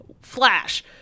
flash